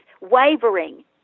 wavering